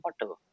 water